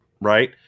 right